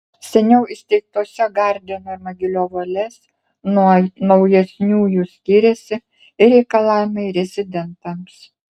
seniau įsteigtose gardino ir mogiliovo lez nuo naujesniųjų skiriasi ir reikalavimai rezidentams